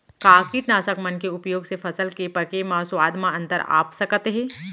का कीटनाशक मन के उपयोग से फसल के पके म स्वाद म अंतर आप सकत हे?